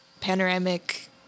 panoramic